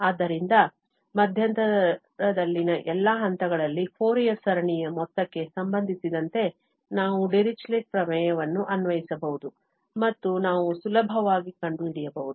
ಆದ್ದರಿಂದ ಮಧ್ಯಂತರದಲ್ಲಿನ ಎಲ್ಲಾ ಹಂತಗಳಲ್ಲಿ ಫೋರಿಯರ್ ಸರಣಿಯ ಮೊತ್ತಕ್ಕೆ ಸಂಬಂಧಿಸಿದಂತೆ ನಾವು ಡಿರಿಚ್ಲೆಟ್ ಪ್ರಮೇಯವನ್ನು ಅನ್ವಯಿಸಬಹುದು ಮತ್ತು ನಾವು ಸುಲಭವಾಗಿ ಕಂಡುಹಿಡಿಯಬಹುದು